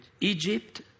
Egypt